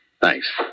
Thanks